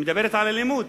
היא מדברת על אלימות,